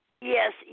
Yes